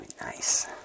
nice